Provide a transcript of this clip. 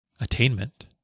attainment